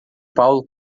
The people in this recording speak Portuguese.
paulo